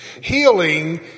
Healing